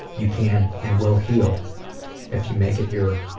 you can and will heal if you make it your